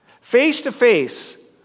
face-to-face